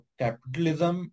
capitalism